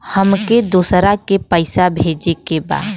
हमके दोसरा के पैसा भेजे के बा?